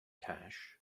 cash